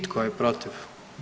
Tko je protiv?